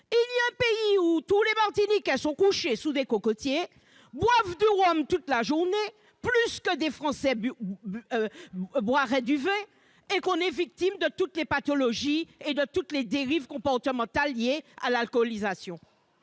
l'Atlantique, tous les Martiniquais sont couchés sous des cocotiers, boivent du rhum toute la journée- plus que les Français ne boivent de vin ! -et que nous sommes victimes de toutes les pathologies et de toutes les dérives comportementales liées à l'alcoolisation.